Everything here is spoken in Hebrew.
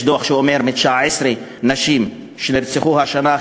יש דוח שאומר שמתוך 19 הנשים שנרצחו השנה,